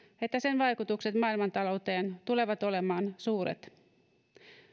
että sen vaikutukset maailmantalouteen tulevat olemaan suuret